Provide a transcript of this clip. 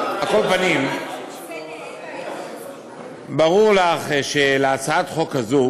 על כל פנים, ברור לך שלהצעת חוק הזאת